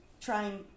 trying